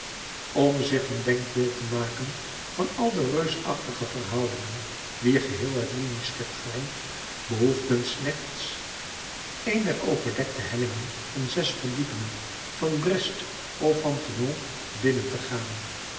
om zich een denkbeeld te maken van al de reusachtige verhoudingen wier geheel het linieschip vormt behoeft men slechts een der overdekte hellingen van zes verdiepingen van brest of van toulon binnen te gaan